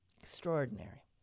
Extraordinary